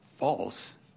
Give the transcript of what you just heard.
false